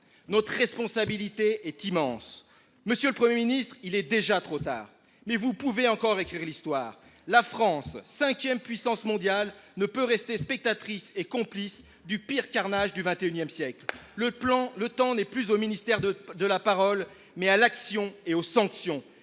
Notre responsabilité est immense. » Monsieur le Premier ministre, il est déjà trop tard, mais vous pouvez encore écrire l’histoire. La France, cinquième puissance mondiale, ne peut rester spectatrice et complice du pire carnage du XXI siècle. Le temps n’est plus au ministère de la parole, mais à l’action et aux sanctions.